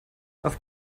auf